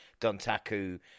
Dontaku